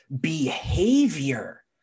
behavior